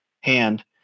hand